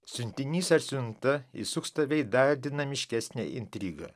siuntinys ar siunta įsuks tave į dar dinamiškesnę intrigą